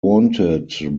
wanted